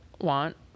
want